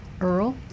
earl